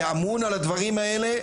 שאמון על הדברים האלה,